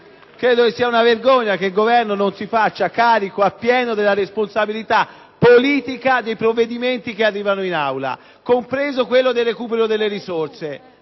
Credo che sia una vergogna che il Governo non si faccia carico a pieno della responsabilità politica dei provvedimenti che arrivano in Aula, compresa la questione del recupero delle risorse.